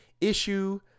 issue